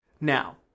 Now